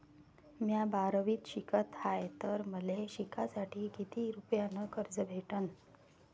म्या बारावीत शिकत हाय तर मले शिकासाठी किती रुपयान कर्ज भेटन?